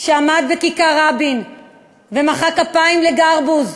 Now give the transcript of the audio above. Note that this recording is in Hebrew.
שעמד בכיכר-רבין ומחא כפיים לגרבוז,